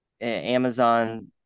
Amazon